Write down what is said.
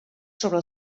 sobre